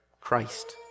Christ